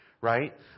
right